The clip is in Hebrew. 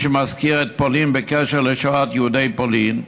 שמזכיר את פולין בהקשר של שואת יהודי פולין,